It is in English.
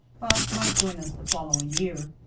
but might join us the following year.